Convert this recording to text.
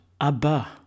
Abba